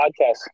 podcast